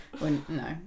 No